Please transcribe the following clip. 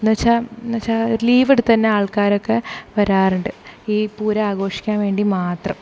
എന്നു വെച്ചാൽ എന്നു വെച്ചാൽ ലീവ് എടുത്തു തന്നെ ആൾക്കാരൊക്കെ വരാറുണ്ട് ഈ പൂരം ആഘോഷിക്കാൻ വേണ്ടി മാത്രം